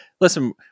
listen